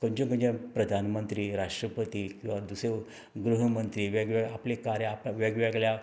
खंयच्यो खंयच्यो प्रधानमंत्री राष्ट्रपती किंवा दुसरे गृहमंत्री वेग वेग आपलें कार्य आप वेग वेगळ्या